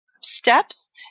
steps